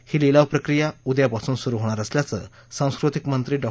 ही लिलाव प्रक्रिया उद्यापासून सुरु होणार असल्याचं सांस्कृतिक मंत्री डॉ